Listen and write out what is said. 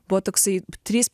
buvo toksai trys